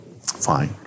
fine